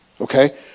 okay